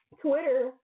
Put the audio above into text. Twitter